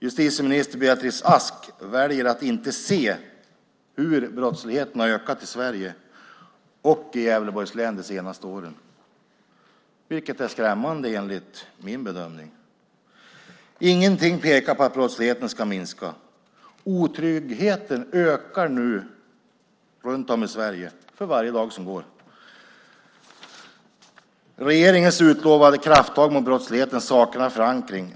Justitieminister Beatrice Ask väljer att inte se hur brottsligheten har ökat i Sverige och i Gävleborgs län de senaste åren, vilket är skrämmande, enligt min bedömning. Ingenting pekar på att brottsligheten ska minska. Otryggheten ökar runt om i Sverige för varje dag som går. Regeringens utlovade krafttag mot brottsligheten saknar förankring.